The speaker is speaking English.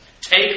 Take